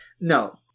No